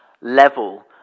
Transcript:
level